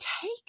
take